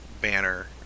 banner